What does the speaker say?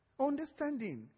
Understanding